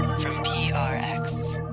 from prx